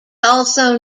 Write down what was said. also